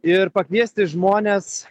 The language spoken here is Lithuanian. ir pakviesti žmones